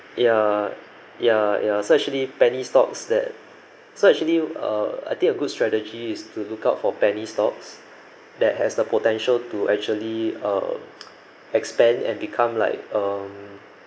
ya ya ya so actually penny stocks that so actually uh I think a good strategy is to look out for penny stocks that has the potential to actually uh expand and become like um